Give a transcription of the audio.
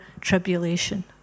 tribulation